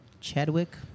Chadwick